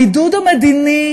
הבידוד המדיני